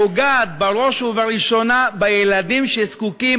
פוגעת בראש ובראשונה בילדים שזקוקים